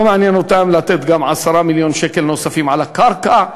לא מעניין אותם לתת גם 10 מיליון שקל נוספים על הקרקע.